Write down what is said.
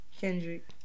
Kendrick